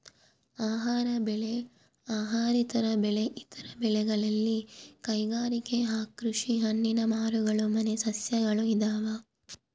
ಆಹಾರ ಬೆಳೆ ಅಹಾರೇತರ ಬೆಳೆ ಇತರ ಬೆಳೆಗಳಲ್ಲಿ ಕೈಗಾರಿಕೆ ಹೂಕೃಷಿ ಹಣ್ಣಿನ ಮರಗಳು ಮನೆ ಸಸ್ಯಗಳು ಇದಾವ